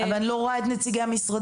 אבל אני לא רואה את נציגי המשרדים.